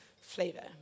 flavor